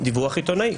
דיווח עיתונאי.